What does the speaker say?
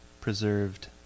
preserved